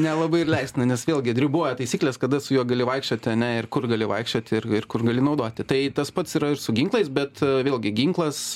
nelabai ir leistina nes vėlgi riboja taisyklės kada su juo gali vaikščioti ane ir kur gali vaikščioti ir kur gali naudoti tai tas pats yra ir su ginklais bet vėlgi ginklas